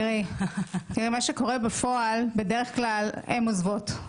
מה שקורה בפועל, בדרך כלל, הן עוזבות.